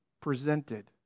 presented